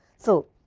so,